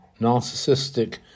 narcissistic